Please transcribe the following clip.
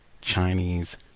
Chinese